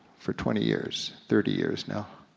for twenty years, thirty years now.